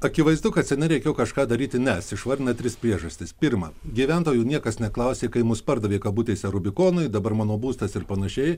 akivaizdu kad seniai reikėjo kažką daryti nes išvardina tris priežastis pirma gyventojų niekas neklausė kai mus pardavė kabutėse rubikonui dabar mano būstas ir panašiai